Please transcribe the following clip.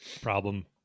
problem